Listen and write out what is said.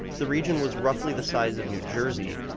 the region was roughly the size of new jersey,